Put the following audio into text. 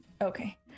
okay